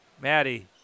Maddie